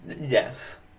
yes